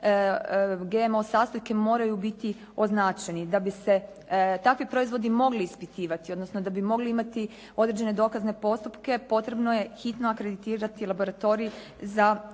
GMO sastojke moraju biti označeni. Da bi se takvi proizvodi mogli ispitivati odnosno da bi mogli imati određene dokazne postupke potrebno je hitno akreditirati laboratorij za